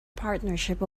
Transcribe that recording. partnership